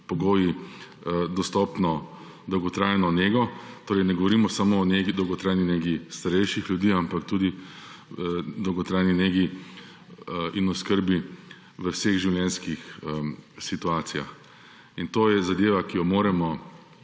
pogoji dostopno dolgotrajno nego vsem. Torej ne govorimo samo o dolgotrajni negi starejših ljudi, ampak tudi o dolgotrajni negi in oskrbi v vseh življenjskih situacijah. In to je zadeva, ki jo moramo